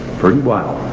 pretty wild.